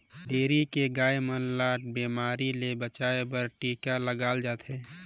dairy के गाय मन ल बेमारी ले बचाये बर टिका लगाल जाथे